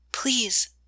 please